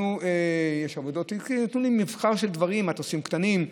יש עבודות, מבחר דברים: מטוסים קטנים,